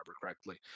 correctly